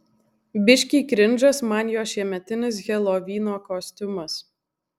biškį krindžas man jo šiemetinis helovyno kostiumas